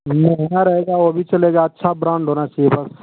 महंगा रहेगा वो भी चलेगा अच्छा ब्रांड होना चाहिए बस